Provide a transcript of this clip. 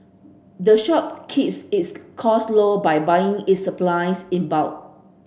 the shop keeps its costs low by buying its supplies in bulk